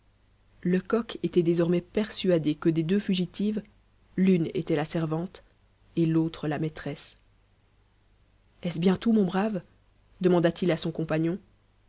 lecoq était désormais persuadé que des deux fugitives l'une était la servante et l'autre la maîtresse est-ce bien tout mon brave demanda-t-il à son compagnon